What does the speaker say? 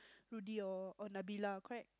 Rudy or Nabila correct